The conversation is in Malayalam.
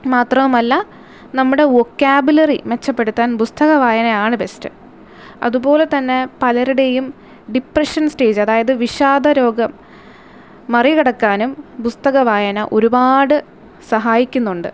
മാത്രവുമല്ല നമ്മുടെ വൊക്കാബുലറി മെച്ചപ്പെടുത്താൻ പുസ്തക വായനയാണ് ബെസ്റ്റ് അതുപോലെതന്നെ പലരുടെയും ഡിപ്രെഷൻ സ്റ്റേജ് അതായത് വിഷാദരോഗം മറികടക്കാനും പുസ്തക വായന ഒരുപാട് സഹായിക്കുന്നുണ്ട്